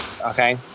Okay